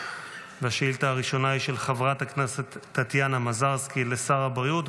והשאילתה הראשונה היא של חברת הכנסת טטיאנה מזרסקי לשר הבריאות,